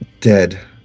dead